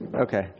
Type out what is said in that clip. Okay